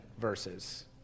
verses